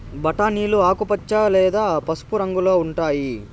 బఠానీలు ఆకుపచ్చ లేదా పసుపు రంగులో ఉంటాయి